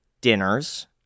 dinners